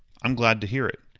i'm glad to hear it.